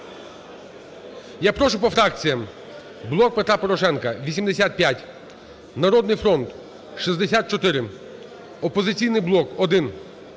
Я прошу по фракціях: "Блок Петра Порошенка" – 85, "Народний фронт" – 64, "Опозиційний блок" –